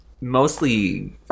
mostly